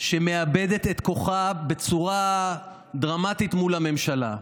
שמאבדת את כוחה בצורה דרמטית מול הממשלה.